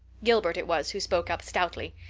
gilbert it was who spoke up stoutly.